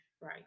Right